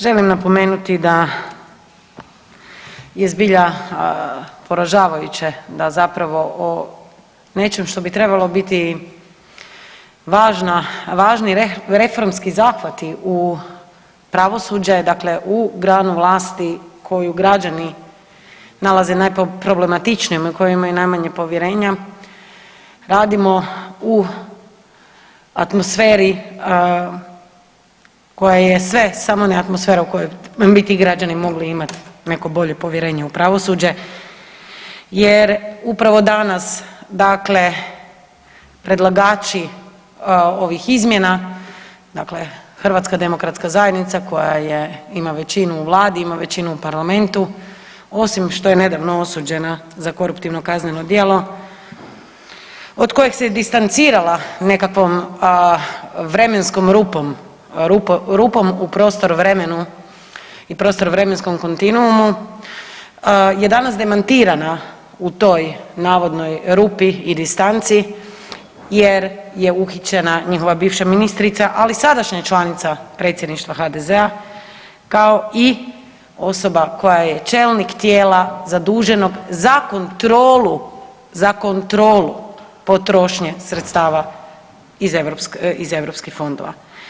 Želim napomenuti da je zbilja poražavajuće da zapravo o nečem što bi trebalo biti važna, važni reformski zahvati u pravosuđe, dakle u granu vlasti koju građani nalaze najproblematičnijom i u koju imaju najmanje povjerenja radimo u atmosferi koja je sve samo ne atmosfera u kojoj bi ti građani mogli imati neko bolje povjerenje u pravosuđe jer upravo danas, dakle predlagači ovih izmjena, dakle HDZ koja je ima većinu u vladi, ima većinu u parlamentu osim što je nedavno osuđena za koruptivno kazneno djelo od kojeg se distancirala nekakvom vremenskom rupom, rupom u prostoru, vremenu i prostor-vremenskom kontinuumu je danas demantirana u toj navodnoj rupi i distanci jer je uhićena njihova bivša ministrica ali sadašnja članica predsjedništva HDZ-a kao i osoba koja je čelnik tijela zaduženog za kontrolu, za kontrolu potrošnje sredstava iz EU fondova.